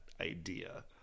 idea